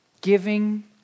giving